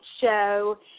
show